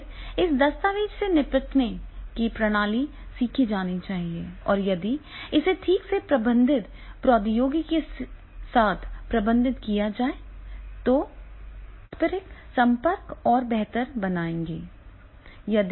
फिर इस दस्तावेज़ से निपटने की प्रणाली सीखी जानी चाहिए और यदि इसे ठीक से प्रबंधित प्रौद्योगिकियों के साथ प्रबंधित किया जाता है जो पारस्परिक संपर्क को और बेहतर बनाएंगे